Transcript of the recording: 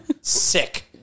sick